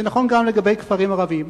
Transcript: זה נכון גם לגבי כפרים ערביים.